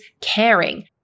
caring